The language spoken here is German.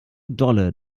dolle